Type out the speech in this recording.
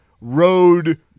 road